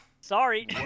sorry